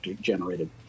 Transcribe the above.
generated